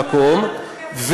למקום,